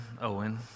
Owen